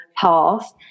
path